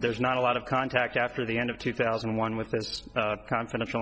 there's not a lot of contact after the end of two thousand and one with this confidential